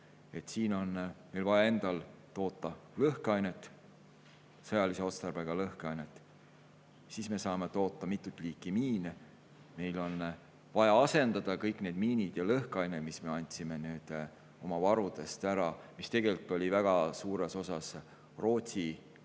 Meil on vaja endal toota lõhkeainet, sõjalise otstarbega lõhkeainet, siis me saame toota mitut liiki miine. Meil on vaja asendada kõik need miinid ja lõhkeaine, mis me andsime oma varudest ära, mis oli väga suures osas nagu Rootsi kaitseväe